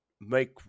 Make